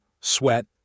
sweat